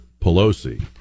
Pelosi